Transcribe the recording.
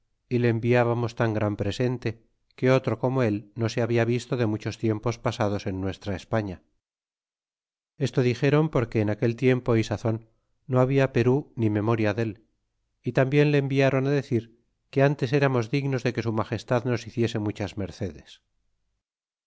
y le envibamos tan gran presente que otro como él no se habla visto de muchos tiempos pasados en nuestra españa y esto dixéron porque en aquel tiempo y sazon no habla perú ni memoria dól y tambien le environ decir que antes eramos dignos de que su magestad nos hiciese muchas mercedes